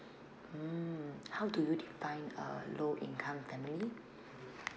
mm how do you define a low income family